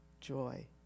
joy